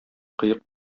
кыек